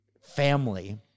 family